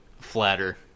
flatter